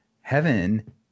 heaven